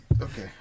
Okay